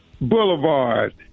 Boulevard